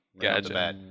Gotcha